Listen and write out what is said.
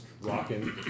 Rocking